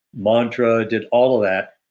mantra, did all of that,